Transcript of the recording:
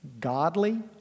Godly